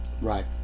Right